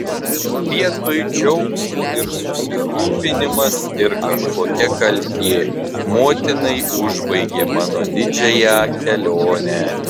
vietoj džiaugsmo ir susirūpinimas ir kažkokia kaltė motinai užbaigė mano didžiąją kelionę